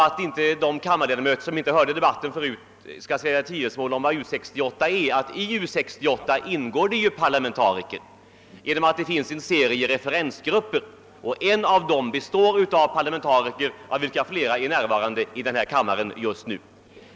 För att de kammarledamöter, som inte hörde den tidigare debatten, inte skall sväva i tvivelsmål om vad U 68 är, tvingas jag nu erinra om att det i U 68 ingår parlamentariker genom att det finns en serie referensgrupper. En av dem består av parlamentariker, av vilka flera just nu är närvarande i denna kammare.